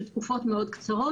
של תקופות מאוד קצרות,